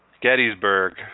Gettysburg